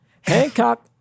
Hancock